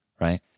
right